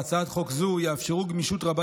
התיקונים המוצעים בהצעת חוק זו יאפשרו גמישות רבה